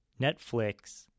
Netflix